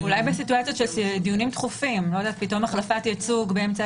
אולי במצבים של דיונים דחופים פתאום החלפת ייצוג באמצע